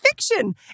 fiction